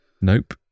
Nope